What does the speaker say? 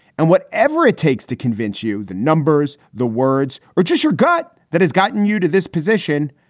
and whatever it takes to convince you the numbers, the words or just your gut that has gotten you to this position.